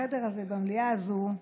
בחדר הזה, במליאה הזו,